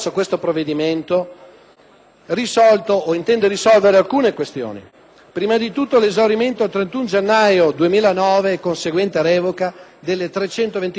risolto o intende risolvere alcune questioni: prima di tutto, l'esaurimento al 31 gennaio 2009, e conseguente revoca, delle 329 agenzie ippiche storiche;